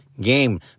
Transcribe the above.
game